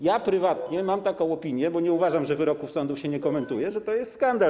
Ja prywatnie mam taką opinię, bo nie uważam, że wyroków sądów się nie komentuje, że to jest skandal.